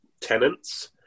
tenants